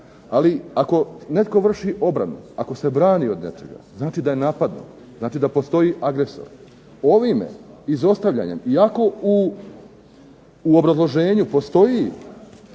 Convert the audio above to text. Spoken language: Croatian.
ali ako netko vrši obranu, ako se brani od nečega znači da je napadnut, znači da postoji agresor. Ovime izostavljanjem i ako u obrazloženju postoji